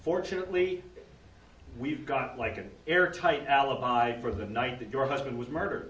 fortunately we've got like an airtight alibi for the night that your husband was murdered